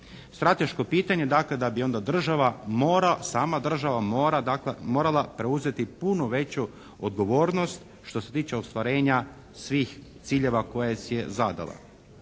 mora, dakle, sama država morala preuzeti puno veću odgovornost što se tiče ostvarenja svih ciljeva koje si je zadala.